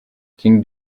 king